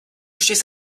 stehst